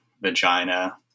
vagina